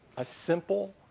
a simple,